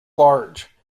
large